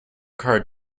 card